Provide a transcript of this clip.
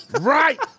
Right